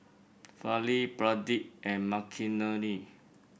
Fali Pradip and Makineni